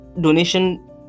donation